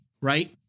right